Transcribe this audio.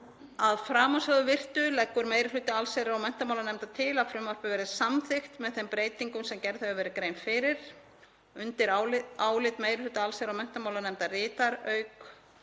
Að framansögðu virtu leggur meiri hluti allsherjar- og menntamálanefndar til að frumvarpið verði samþykkt með þeim breytingum sem gerð hefur verið grein fyrir. Undir álit meiri hluta allsherjar- og menntamálanefndar rita, auk